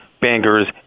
bankers